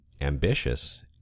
ambitious